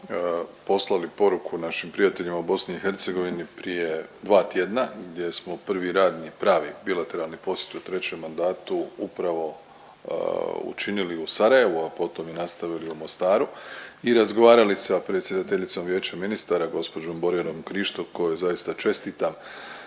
poslali poruku našim prijateljima u BiH prije dva tjedna gdje smo prvi radni pravi bilateralni posjet u trećem mandatu upravo učinili u Sarajevu, a potom i nastavili u Mostaru i razgovarali sa predsjedateljicom Vijeća ministara gospođom Borjanom Krišto kojoj zaista čestitam